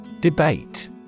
Debate